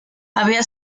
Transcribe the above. había